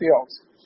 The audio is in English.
fields